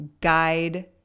guide